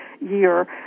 year